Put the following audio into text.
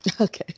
Okay